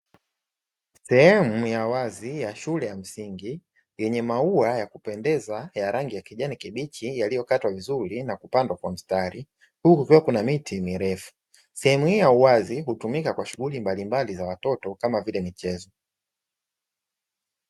Sehemu ya wazi ya shule ya msingi, yenye maua ya kupendeza ya rangi ya kijani kibichi yaliyokatwa vizuri na kupandwa kwa mstari, huku kukiwa kuna miti mirefu. Sehemu hii ya uwazi hutumika kwa shughuli mbalimbali za watoto, kama vile michezo.